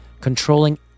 controlling